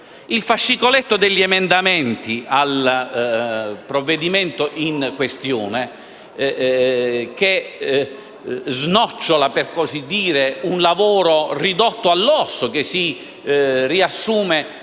Il fascicoletto degli emendamenti presentati al provvedimento in questione, che snocciola - per così dire - un lavoro ridotto all'osso e che si riassume